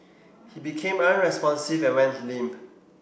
he became unresponsive and went limp